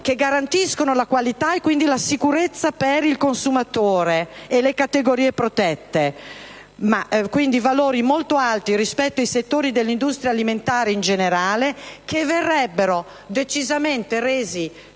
che garantiscono la qualità e, quindi, la sicurezza per il consumatore e le categorie protette. Valori dunque molto alti - dicevo - rispetto ai settori dell'industria alimentare in generale, che verrebbero decisamente resi